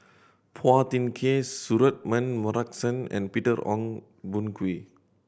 Phua Thin Kiay Suratman Markasan and Peter Ong Boon Kwee